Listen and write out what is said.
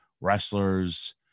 wrestlers